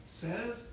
says